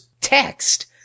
text